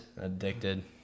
Addicted